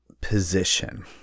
position